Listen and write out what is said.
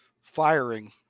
firing